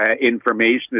information